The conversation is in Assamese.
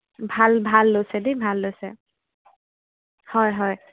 ভাল ভাল লৈছে দেই ভাল লৈছে হয় হয়